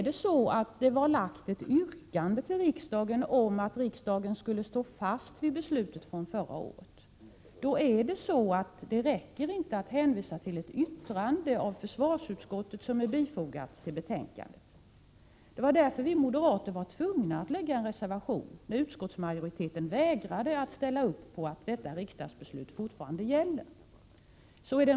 Det har framställts ett yrkande om att riksdagen skulle stå fast vid beslutet från förra året. Det räcker då inte att hänvisa till ett yttrande från försvarsutskottet som är fogat vid betänkandet. Vi moderater var därför tvungna att lägga in en reservation när utskottsmajoriteten vägrade att ställa sig bakom att detta riksdagsbeslut fortfarande skall gälla.